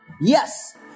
Yes